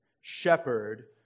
Shepherd